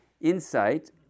Insight